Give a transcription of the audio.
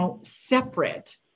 separate